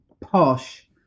posh